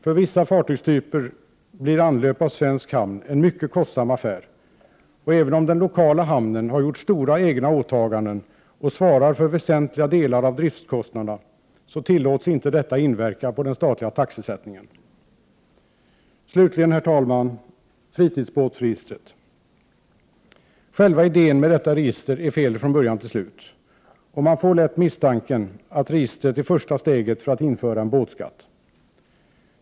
För vissa fartygstyper blir anlöp av svensk hamn en mycket kostsam affär, och även om den lokala hamnen har gjort stora egna åtaganden och svarar för väsentliga delar av driftskostnaderna, tillåts inte detta inverka på den statliga taxesättningen. Slutligen, herr talman, fritidsbåtsregistret. Själva idén med detta register är felaktig från början till slut. Man får lätt misstanken att registret är första steget till ett införande av båtskatt.